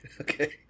Okay